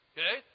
Okay